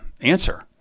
answer